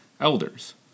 elders